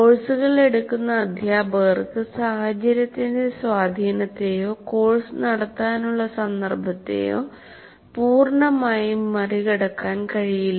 കോഴ്സുകൾ എടുക്കുന്ന അധ്യാപകർക്ക് സാഹചര്യത്തിന്റെ സ്വാധീനത്തെയോ കോഴ്സ് നടത്താനുള്ള സന്ദർഭത്തെയോ പൂർണ്ണമായും മറികടക്കാൻ കഴിയില്ല